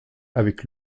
avec